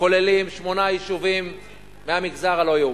כוללים שמונה יישובים מהמגזר הלא-יהודי,